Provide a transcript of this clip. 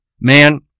Man